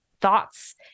thoughts